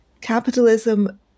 capitalism